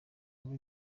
wumve